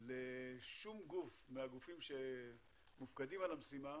לשום גוף מהגופים שמופקדים על המשימה,